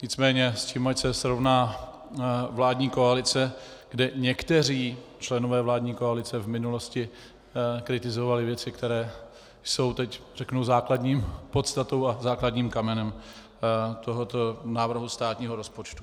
Nicméně s tím ať se srovná vládní koalice, kde někteří členové vládní koalice v minulosti kritizovali věci, které jsou teď, řeknu, podstatou a základním kamenem tohoto návrhu státního rozpočtu.